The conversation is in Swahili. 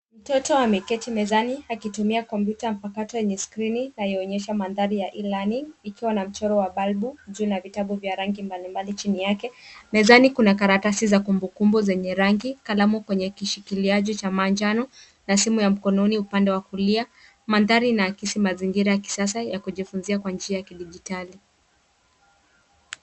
Mtoto ameketi mezani, akitumia kompyuta mpakato yenye skrini inayoonyesha mandhari ya e-learning , ikiwa na mchoro wa balbu juu na vitabu vya rangi mbalimbali chini yake. Mezani kuna karatasi za kumbukumbu zenye rangi, kalamu kwenye kishikiliaji cha manjano na simu ya mkononi upande wa kulia. Mandhari inaakisi mazingira ya kisasa ya kujifunzia kwa njia ya kidigitali.